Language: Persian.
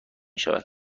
شود